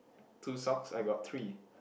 two socks I got three